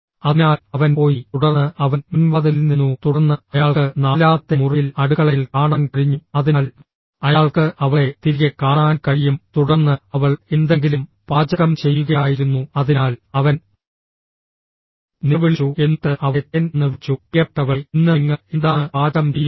അതിനാൽ അവൻ പോയി തുടർന്ന് അവൻ മുൻവാതിലിൽ നിന്നു തുടർന്ന് അയാൾക്ക് നാലാമത്തെ മുറിയിൽ അടുക്കളയിൽ കാണാൻ കഴിഞ്ഞു അതിനാൽ അയാൾക്ക് അവളെ തിരികെ കാണാൻ കഴിയും തുടർന്ന് അവൾ എന്തെങ്കിലും പാചകം ചെയ്യുകയായിരുന്നു അതിനാൽ അവൻ നിലവിളിച്ചു എന്നിട്ട് അവളെ തേൻ എന്ന് വിളിച്ചു പ്രിയപ്പെട്ടവളേ ഇന്ന് നിങ്ങൾ എന്താണ് പാചകം ചെയ്യുന്നത്